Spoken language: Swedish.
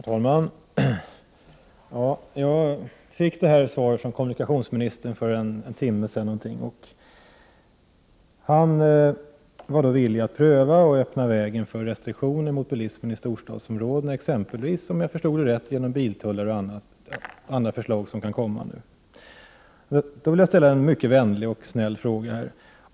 Herr talman! För ungefär en timme sedan fick jag svar från kommunikationsministern. Han var då villig att pröva att öppna vägen för restriktioner mot bilismen i storstadsområdena, exempelvis — om jag förstod det rätt — genom biltullar och andra förslag som kan komma. Jag vill ställa en mycket vänlig och snäll fråga.